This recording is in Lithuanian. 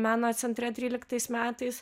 meno centre tryliktais metais